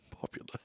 Popular